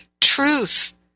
truth